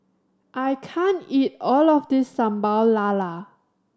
I can't eat all of this Sambal Lala